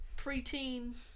preteen